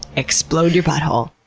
explode your butthole.